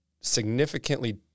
significantly